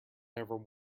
never